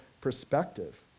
perspective